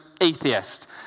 atheist